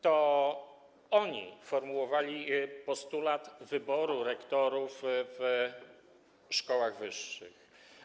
To oni formułowali postulat wyboru rektorów w szkołach wyższych.